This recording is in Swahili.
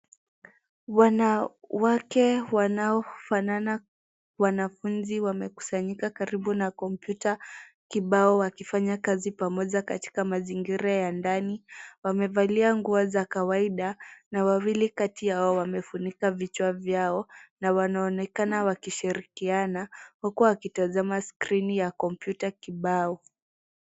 Wanawake wanaofana wanafunzi wamekusanyika karibu na kompyuta kibao wakifanya kazi pamoja katika mazingira ya ndani. Wamevalia nguo za kawaida na wawili kati yao wamefunika vichwa vyao. Na wanaonekana wakishirikiana huku wakitazama skrini ya kompyuta kibao.